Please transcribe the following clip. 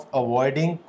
avoiding